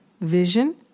vision